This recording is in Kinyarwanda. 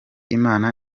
imana